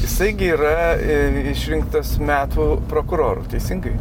jisai gi yra išrinktas metų prokuroru teisingai